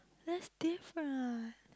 that's different